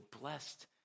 blessed